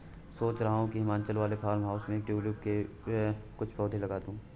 सोच रहा हूं हिमाचल वाले फार्म हाउस पे ट्यूलिप के कुछ पौधे लगा दूं